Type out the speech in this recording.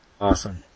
Awesome